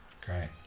Great